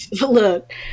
look